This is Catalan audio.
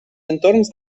entorns